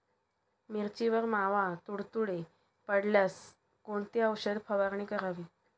मिरचीवर मावा, तुडतुडे पडल्यास कोणती औषध फवारणी करावी?